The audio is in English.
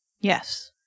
Yes